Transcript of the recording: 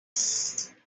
susie